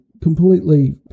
completely